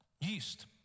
yeast